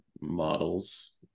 models